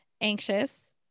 anxious